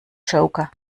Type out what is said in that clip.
joker